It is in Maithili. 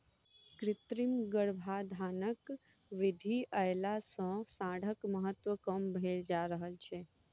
कृत्रिम गर्भाधानक विधि अयला सॅ साँढ़क महत्त्व कम भेल जा रहल छै